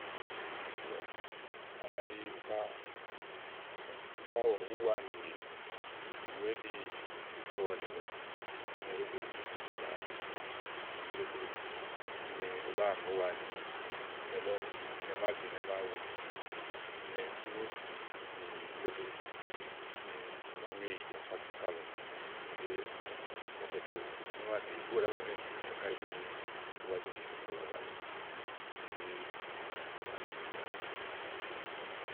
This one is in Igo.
Nìyì lɔ màa ɖàa ɖi uká ɔ̀wú úwanì nìyì ìŋúéɖi útɔɔ nìlɔ úni ɛɖí ówó be ŋè ìyìjɔ̀à klekle úni ówó báa ŋè úwaanì ìnɛ màa wúlì nìyì ìnɛ̀ gue nìyì klekle úni ówo bàá ŋe ìyìjɔ̀à ká kíni ká lɔ úni ɖí ígbɔ ówo ɖàá banìi ɖɛ́ɛ́ tè ìnɛ̀ ká èé zi wùúnu ówó bàá mi nyòo ìnɛ̀ŋue baba lèe úni ɖí ónàani kó ká nìɖinè ɖálɔ̀ɔ.